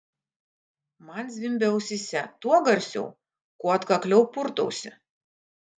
man zvimbia ausyse tuo garsiau kuo atkakliau purtausi